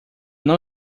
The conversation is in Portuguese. não